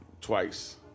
twice